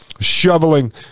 shoveling